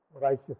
righteous